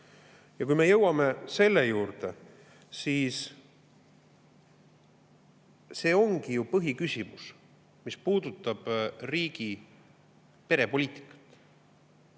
Me jõuame selle juurde, et see ongi põhiküsimus, mis puudutab riigi perepoliitikat.